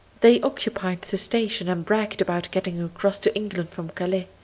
they occupied the station, and bragged about getting across to england from calais.